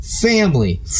family